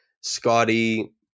Scotty